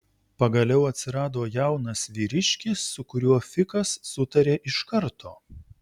pagaliau atsirado jaunas vyriškis su kuriuo fikas sutarė iš karto